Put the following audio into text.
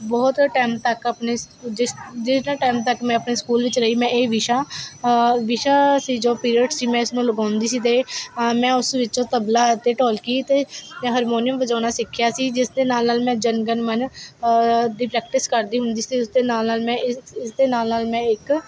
ਬਹੁਤ ਟਾਈਮ ਤੱਕ ਆਪਣੇ ਸ ਜਿਸ ਜਿਹੜਾ ਟਾਈਮ ਤੱਕ ਮੈਂ ਆਪਣੇ ਸਕੂਲ ਵਿੱਚ ਰਹੀ ਮੈਂ ਇਹ ਵਿਸ਼ਾ ਵਿਸ਼ਾ ਸੀ ਜੋ ਪੀਰੀਅਡ ਸੀ ਮੈਂ ਇਸਨੂੰ ਲਗਾਉਂਦੀ ਸੀ ਦੇ ਮੈਂ ਉਸ ਵਿੱਚੋਂ ਤਬਲਾ ਅਤੇ ਢੋਲਕੀ ਅਤੇ ਹਰਮੋਨੀਅਮ ਵਜਾਉਣਾ ਸਿੱਖਿਆ ਸੀ ਜਿਸ ਦੇ ਨਾਲ ਨਾਲ ਮੈਂ ਜਨ ਗਨ ਮਨ ਦੀ ਪ੍ਰੈਕਟਿਸ ਕਰਦੀ ਹੁੰਦੀ ਸੀ ਉਸਦੇ ਨਾਲ ਨਾਲ ਮੈਂ ਇਸਦੇ ਨਾਲ ਨਾਲ ਮੈਂ ਇੱਕ